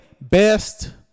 best